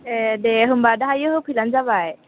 ए दे होम्बा दाहायो होफैबानो जाबाय